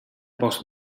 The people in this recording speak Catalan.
pocs